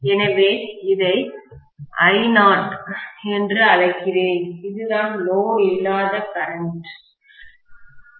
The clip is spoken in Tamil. எனவே இதை Io என்று அழைக்கிறேன் இதுதான் லோடு இல்லாத கரண்ட்மின்னோட்டம்